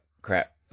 Crap